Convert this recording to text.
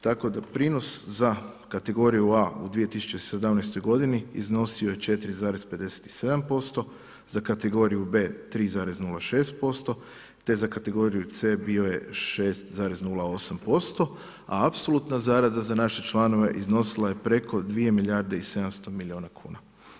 Tako da prinos za kategoriju A u 2017. godini iznosio je 4,57%, za kategoriju B 3,06%, te za kategoriju C bio 6,08% a apsolutna zarada za naše članove iznosila je preko 2 milijarde i 700 milijuna kuna.